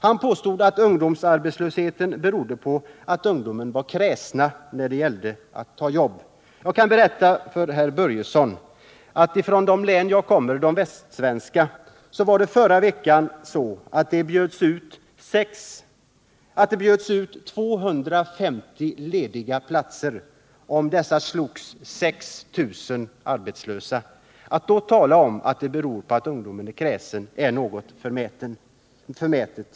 Han påstod att ungdomsarbetslösheten berodde på att ungdomen var kräsen när det gällde att ta jobb. Jag kan berätta för herr Börjesson att för någon vecka sedan hade 6 000 arbetslösa ungdomar i Västsverige 250 lediga platser att slåss om. Att då tala om att ungdomen är kräsen när det gäller att ta jobb är ganska förmätet.